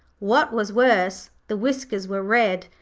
what was worse, the whiskers were red,